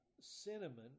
cinnamon